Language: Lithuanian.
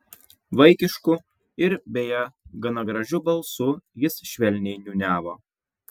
vaikišku ir beje gana gražiu balsu jis švelniai niūniavo